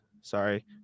Sorry